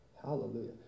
Hallelujah